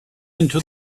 into